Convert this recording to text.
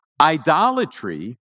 Idolatry